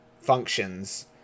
functions